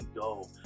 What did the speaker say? go